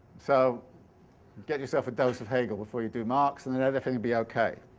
so get yourself a dose of hegel before you do marx and and everything will be okay.